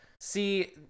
See